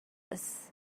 this